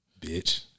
Bitch